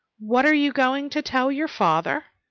what are you going to tell your father?